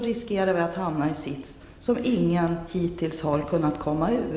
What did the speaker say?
Vi riskerar annars att hamna i en sits som ingen hittills har kunnat komma ur.